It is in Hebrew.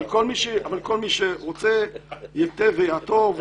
כל מי שרוצה ייתי ויעתור,